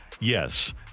Yes